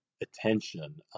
attention